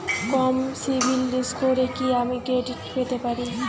কম সিবিল স্কোরে কি আমি ক্রেডিট পেতে পারি?